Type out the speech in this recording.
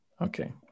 Okay